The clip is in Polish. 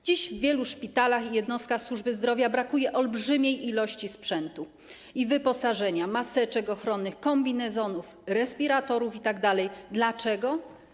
Dziś w wielu szpitalach i jednostkach służby zdrowia brakuje olbrzymiej ilości sprzętu i wyposażenia: maseczek ochronnych, kombinezonów, respiratorów itd. Dlaczego?